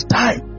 time